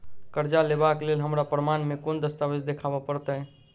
करजा लेबाक लेल हमरा प्रमाण मेँ कोन दस्तावेज देखाबऽ पड़तै?